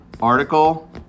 article